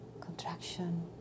contraction